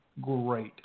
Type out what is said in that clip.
Great